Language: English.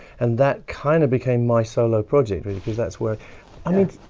and that kind of became my solo project because because that's where i mean